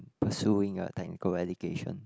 pursuing a technical education